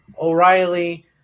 O'Reilly